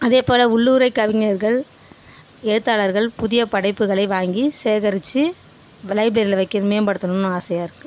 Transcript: அதே போல் உள்ளூரை கவிஞர்கள் எழுத்தாளர்கள் புதிய படைப்புகளை வாங்கி சேகரிச்சு லைப்ரரியில வைக்கணும் மேம்படுத்துணுன்னு ஆசையாக இருக்கு